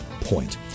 Point